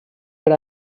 per